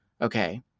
okay